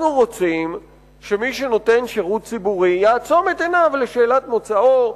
אנחנו רוצים שמי שנותן שירות ציבורי יעצום את עיניו לשאלת מוצאו,